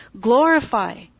Glorify